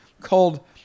called